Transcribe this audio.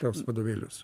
tuos vadovėlius